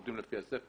עובדים לפי הספר,